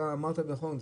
אתה אמרת נכון,